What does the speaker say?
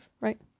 right